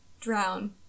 drown